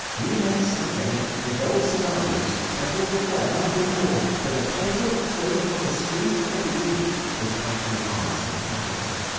we may some day evolve scenarios that will require nothing more than a title thrown upon the screen at the beginning, they come to the eye so perfectly.